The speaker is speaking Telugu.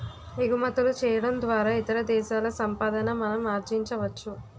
ఎగుమతులు చేయడం ద్వారా ఇతర దేశాల సంపాదన మనం ఆర్జించవచ్చు